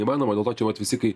neįmanoma dėl to čia vat visi kai